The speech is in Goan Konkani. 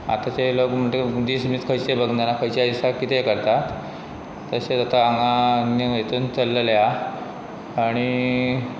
आतांचे लोक म्हणटक दीस मीस खंयचे भगनाना खंयच्या दिसा कितेंय करतात तशेंच आतां हांगा हितून चल्लेल्या आनी